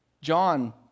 John